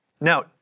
Now